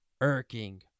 irking